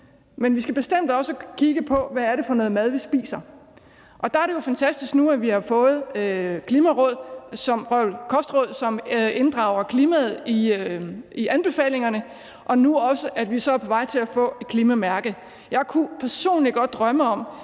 men vi skal bestemt også kigge på, hvad det er for noget mad, vi spiser. Der er det jo fantastisk, at vi har fået kostråd, som inddrager klimaet i anbefalingerne, og at vi nu også er på vej til at få et klimamærke. Jeg kunne personligt godt drømme om,